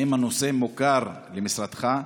1. האם הנושא מוכר למשרדך?